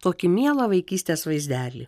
tokį mielą vaikystės vaizdelį